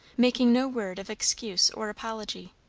making no word of excuse or apology.